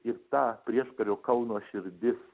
ir ta prieškario kauno širdis